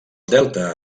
delta